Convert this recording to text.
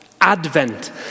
Advent